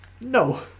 No